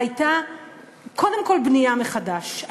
הייתה קודם כול בנייה מחדש,